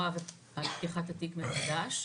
הורה על פתיחת התיק מחדש.